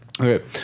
Okay